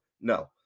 No